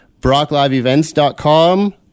brockliveevents.com